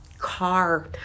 car